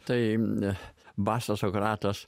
tai basas sokratas